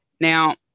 now